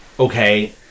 Okay